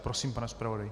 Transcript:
Prosím, pane zpravodaji.